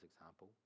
example